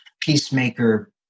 peacemaker